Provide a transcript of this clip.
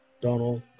Donald